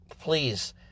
please